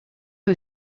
who